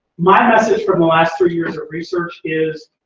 my message from the last three years of research is,